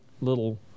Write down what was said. little